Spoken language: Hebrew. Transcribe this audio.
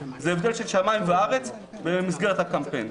זה הבדל של שמיים וארץ במסגרת הקמפיין.